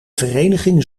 vereniging